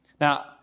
Now